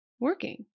working